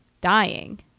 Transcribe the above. dying